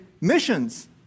missions